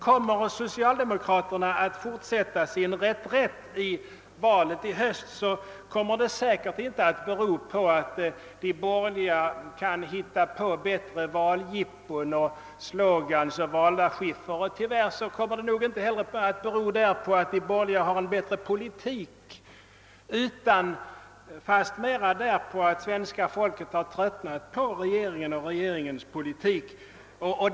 Kommer socialdemokraterna att fortsätta sin reträtt i valet i höst, så kommer det säkert inte att bero På att de borgerliga kan hitta på bättre valjippon och slogans och valaffischer, och tyvärr kommer det nog inte heller att bero därpå att de borgerliga har en bättre politik utan fastmer därpå att svenska folket tröttnat på regeringen och regeringens politik.